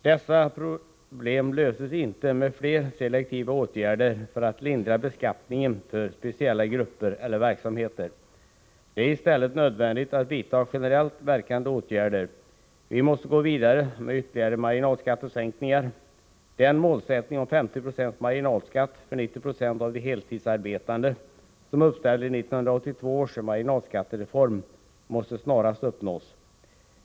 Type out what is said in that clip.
Dessa problem löses inte med fler selektiva åtgärder för att lindra beskattningen för speciella grupper eller verksamheter. Det är i stället nödvändigt att vidta generellt verkande åtgärder. Vi måste gå vidare med ytterligare marginalskattesänkningar. Den målsättning om 50 96 marginalskatt för 90 96 av de heltidsarbetande som uppställdes i 1982 års marginalskattereform måste snarast uppnås.